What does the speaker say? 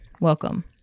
welcome